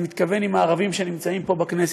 אני מתכוון עם הערבים שנמצאים פה בכנסת,